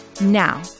Now